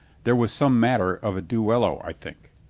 there was some matter of a duello, i think.